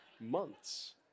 months